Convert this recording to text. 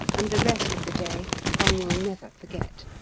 and the rest of the day one will never forget.